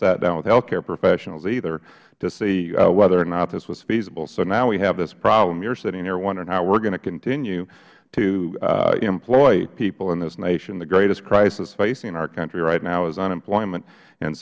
sat down with health care professionals either to see whether or not this was feasible so now we have this problem you are sitting here wondering how we are going to continue to employ people in this nation the greatest crisis facing our country right now is unemployment and